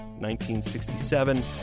1967